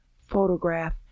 photograph